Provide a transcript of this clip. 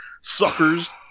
suckers